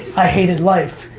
i hated life.